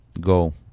go